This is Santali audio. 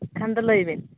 ᱮᱱᱠᱷᱟᱱ ᱫᱚ ᱞᱟᱹᱭᱵᱮᱱ